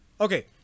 okay